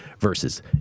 versus